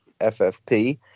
FFP